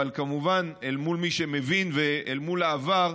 אבל כמובן אל מול מי שמבין ואל מול העבר,